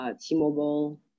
T-Mobile